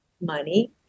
money